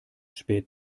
spät